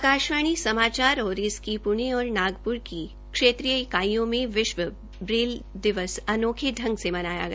आकाशवाणी समाचार और इसकी पूणे और नागपूर की क्षेत्रीय इकाइयों में विश्व ब्रेल दिवस अनोखे ढंग से मनाया गया